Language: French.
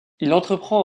entreprend